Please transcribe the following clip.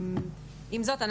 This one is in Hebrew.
עם זאת,